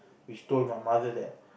which told my mother that